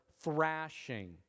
thrashing